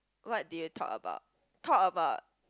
what did you talk about talk about